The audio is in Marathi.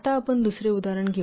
आता आपण दुसरे उदाहरण घेऊ